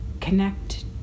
connect